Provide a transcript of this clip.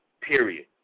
Period